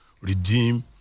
redeem